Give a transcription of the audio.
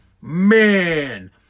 man